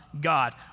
God